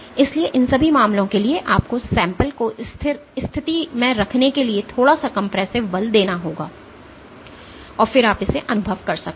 इसलिए इन सभी मामलों के लिए आपको sample को स्थिति में रखने के लिए थोड़ा सा कंप्रेसिव बल देना होगा और फिर आप इसे अनुभव कर सकते हैं